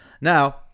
Now